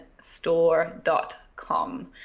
store.com